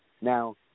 Now –